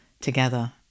together